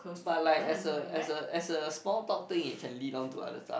but like as a as a as a small talk thing it can lead on to other stuff